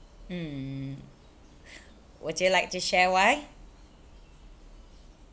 um would you like to share why